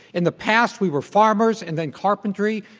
in the past, we were farmers, and then carpentry.